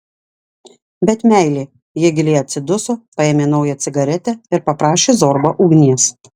bet meilė ji giliai atsiduso paėmė naują cigaretę ir paprašė zorbą ugnies